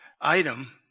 item